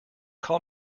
call